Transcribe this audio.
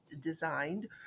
designed